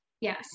Yes